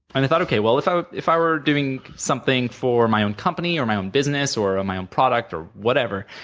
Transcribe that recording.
i thought okay. well, if i if i were doing something for my own company, or my own business, or my own product, or whatever,